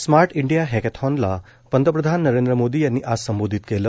smart India हक्वेथॉनला पंतप्रधान नरेंद्र मोदी यांनी आज संबोधित केलं